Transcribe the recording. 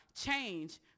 change